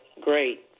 Great